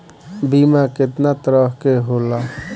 बीमा केतना तरह के होला?